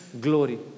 glory